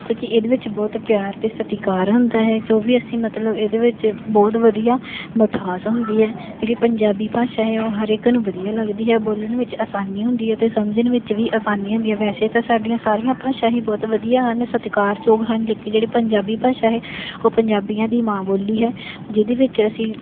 ਕਿਉਂਕਿ ਇਹਦੇ ਵਿੱਚ ਬਹੁਤ ਪਿਆਰ ਅਤੇ ਸਤਿਕਾਰ ਹੁੰਦਾ ਹੈ ਜੋ ਵੀ ਅਸੀਂ ਮਤਲਬ ਇਹਦੇ ਵਿੱਚ ਬਹੁਤ ਵਧੀਆ ਮਿਠਾਸ ਹੁੰਦੀ ਹੈ ਜਿਹੜੀ ਪੰਜਾਬੀ ਭਾਸ਼ਾ ਹੈ ਉਹ ਹਰ ਇੱਕ ਨੂੰ ਵਧੀਆ ਲੱਗਦੀ ਹੈ ਬੋਲਣ ਵਿੱਚ ਆਸਾਨੀ ਹੁੰਦੀ ਹੈ ਅਤੇ ਸਮਝਣ ਵਿੱਚ ਵੀ ਆਸਾਨੀ ਹੰਦੀ ਹੈ ਵੈਸੇ ਤਾਂ ਸਾਡੀਆਂ ਸਾਰੀਆਂ ਭਾਸ਼ਾ ਹੀ ਬਹੁਤ ਵਧੀਆ ਹਨ ਸਤਿਕਾਰ ਯੋਗ ਹਨ ਲੇਕਿਨ ਜਿਹੜੀ ਪੰਜਾਬੀ ਭਾਸ਼ਾ ਹੈ ਉਹ ਪੰਜਾਬੀਆਂ ਦੀ ਮਾਂ ਬੋਲੀ ਹੈ ਜਿਹਦੇ ਵਿੱਚ ਅਸੀਂ